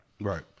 Right